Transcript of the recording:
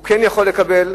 הוא כן יכול לקבל.